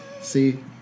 See